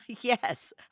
Yes